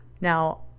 Now